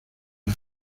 las